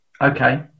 Okay